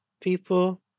people